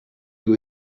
you